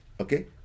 okay